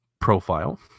profile